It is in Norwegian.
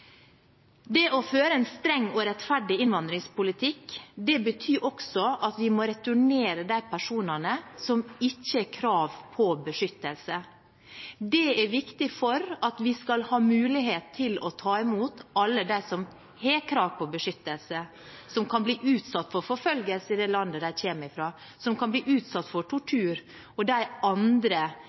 Det å føre en streng og rettferdig innvandringspolitikk betyr også at vi må returnere de personene som ikke har krav på beskyttelse. Det er viktig for at vi skal ha mulighet til å ta imot alle dem som har krav på beskyttelse, som kan bli utsatt for forfølgelse i det landet de kommer fra, og som kan bli utsatt for tortur, eller oppfyller de andre